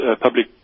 public